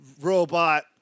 robot